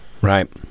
Right